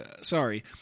sorry